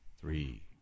three